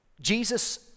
Jesus